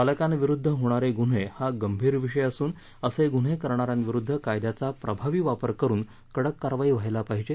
बालकांविरुद्ध होणारे गुन्हे हा गंभीर विषय असून असे गुन्हे करणाऱ्यांविरुद्ध कायद्याचा प्रभावी वापर करुन कडक कारवाई व्हायला पाहिजे